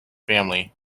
family